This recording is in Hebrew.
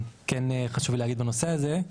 חשוב לי להגיד בנושא הזה,